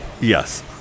Yes